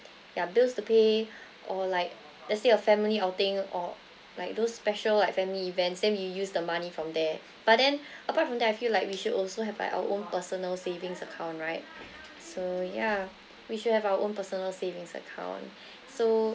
ya bills to pay or like let's say a family outing or like those special like family events then we use the money from there but then apart from that I feel like we should also have like our own personal savings account right so ya we should have our own personal savings account so